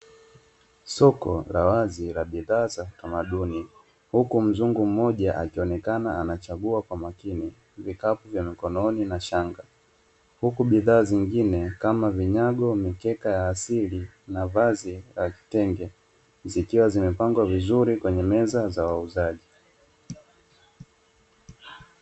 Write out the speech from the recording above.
Soko la wazi la bidhaa za kitamaduni, huku mzungu mmoja akionekana anachagua kwa makini vikapu vya mikononi na shanga. Huku bidhaa nyingine kama vinyago na mikeka ya asili na vazi la kitenge, zikiwa zimepangwa vizuri kwenye meza za wauzaji.